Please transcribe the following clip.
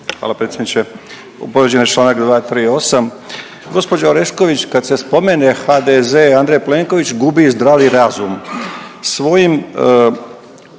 Hvala potpredsjedniče.